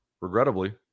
regrettably